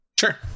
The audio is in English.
Sure